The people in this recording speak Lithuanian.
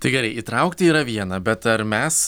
tai gerai įtraukti yra viena bet ar mes